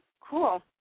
cool